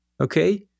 okay